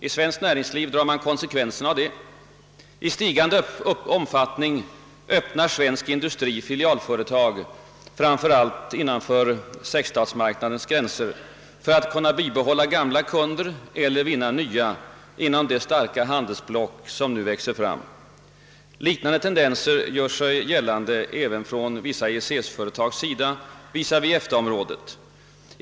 I svenskt näringsliv drar man konsekvenserna av det; i stigande omfattning öppnar svensk industri filialföretag innanför sexstatsmarknadens gränser för ati kunna bibehålla gamla kunder eller vinna nya inom det starka handelsblock som nu växer fram. Liknande tendenser gör sig gällande inom vissa EEC-företag visavi EFTA-området.